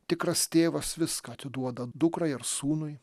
tikras tėvas viską atiduoda dukrai ar sūnui